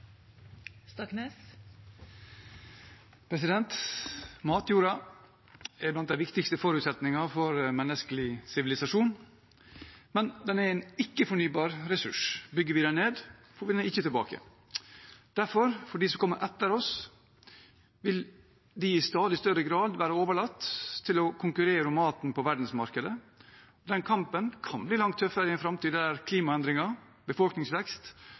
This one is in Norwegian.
blant de viktigste forutsetningene for menneskelig sivilisasjon, men den er en ikke-fornybar ressurs. Bygger vi den ned, får vi den ikke tilbake. Derfor vil de som kommer etter oss, i stadig større grad være overlatt til å konkurrere om maten på verdensmarkedet. Den kampen kan bli langt tøffere i en framtid der klimaendringer, befolkningsvekst